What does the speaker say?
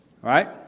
Right